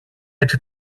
έτσι